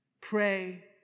Pray